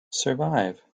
survive